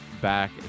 back